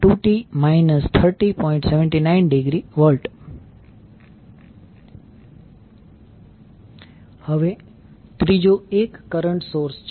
79° V હવે ત્રીજો એક કરંટ સોર્સ છે